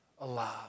alive